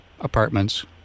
apartments